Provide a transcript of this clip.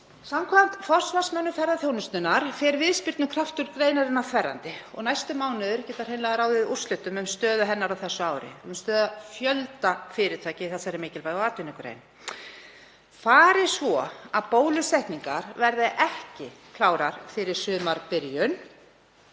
Samkvæmt forsvarsmönnum ferðaþjónustunnar fer viðspyrnukraftur greinarinnar þverrandi og næstu mánuðir geta hreinlega ráðið úrslitum um stöðu hennar á þessu ári, um fjölda fyrirtækja í þessari mikilvægu atvinnugrein. Fari svo að bólusetningar verði ekki klárar fyrir sumarbyrjun,